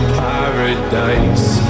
paradise